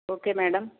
okay madam